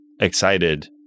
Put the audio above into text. excited